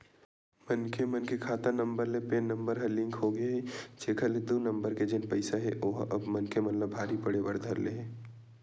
मनखे मन के खाता नंबर ले पेन नंबर ह लिंक होगे हे जेखर ले दू नंबर के जेन पइसा हे ओहा अब मनखे मन ला भारी पड़े बर धर ले हे